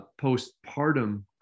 postpartum